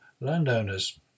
landowners